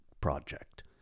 project